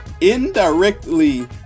indirectly